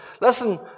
Listen